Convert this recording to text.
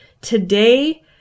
today